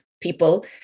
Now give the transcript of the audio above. people